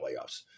playoffs